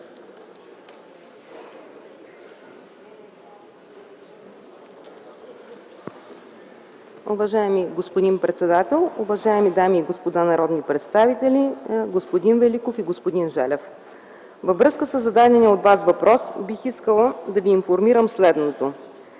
във връзка със зададения от вас въпрос бих искала да ви информирам следното.